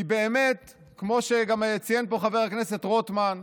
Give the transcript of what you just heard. כי באמת, כמו שגם ציין פה חבר הכנסת רוטמן,